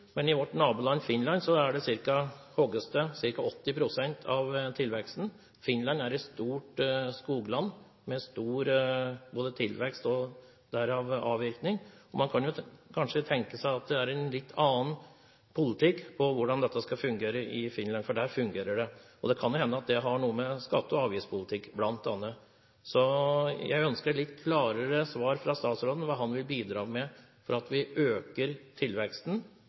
I vårt naboland, Finland, hogges ca. 80 pst. av tilveksten. Finland er et stort skogland, med stor tilvekst og derav avvirkning. Man kan kanskje tenke seg at det er en litt annen politikk i Finland for hvordan dette skal fungere – for der fungerer det. Det kan hende at det bl.a. har noe med skatte- og avgiftspolitikken å gjøre. Jeg ønsker litt klarere svar fra statsråden om hva han vil bidra med, slik at vi øker tilveksten